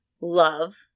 love